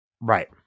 Right